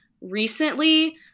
recently